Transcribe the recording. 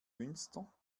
münster